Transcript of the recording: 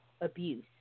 Abuse